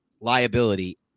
liability